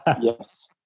Yes